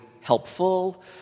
helpful